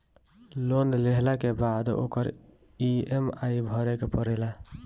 loan लेहला के बाद ओकर इ.एम.आई भरे के पड़ेला